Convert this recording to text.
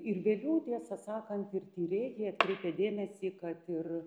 ir vėliau tiesą sakant ir tyrėjai atkreipia dėmesį kad ir